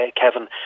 Kevin